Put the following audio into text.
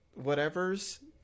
whatevers